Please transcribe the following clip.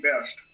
best